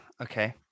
Okay